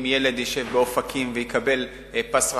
אם ילד ישב באופקים ויקבל פס רחב,